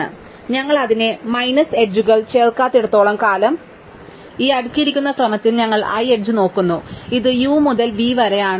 അതിനാൽ ഞങ്ങൾ അതിനെ മൈനസ് എഡ്ജുകൾ ചേർക്കാത്തിടത്തോളം കാലം ഈ അടുക്കിയിരിക്കുന്ന ക്രമത്തിൽ ഞങ്ങൾ i എഡ്ജ് നോക്കുന്നു ഇത് u മുതൽ v വരെയാണ്